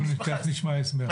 תיכף נשמע הסבר.